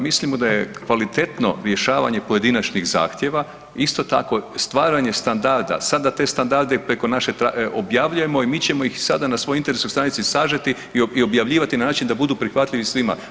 Mislimo da je kvalitetno rješavanje pojedinačnih zahtjeva, isto tako, stvaranje standarda, sada te standarde preko naše objavljujemo i mi ćemo ih sada na svojoj internetskoj stranici sažeti i objavljivati na način da budu prihvatljivi svima.